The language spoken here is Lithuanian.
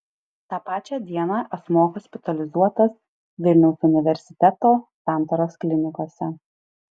tą pačią dieną asmuo hospitalizuotas vilniaus universiteto santaros klinikose